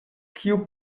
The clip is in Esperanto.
kiu